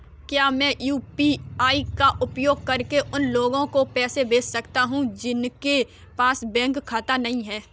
क्या मैं यू.पी.आई का उपयोग करके उन लोगों को पैसे भेज सकता हूँ जिनके पास बैंक खाता नहीं है?